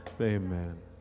amen